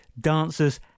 dancers